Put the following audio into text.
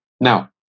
Now